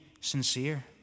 sincere